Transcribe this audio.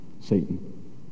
Satan